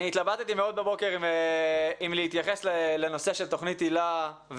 התלבטתי הבוקר אם להתייחס לתוכנית היל"ה,